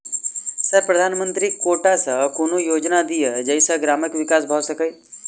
Sir प्रधानमंत्री quota सऽ कोनो योजना दिय जै सऽ ग्रामक विकास भऽ सकै?